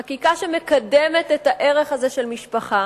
חקיקה שמקדמת את הערך הזה של משפחה,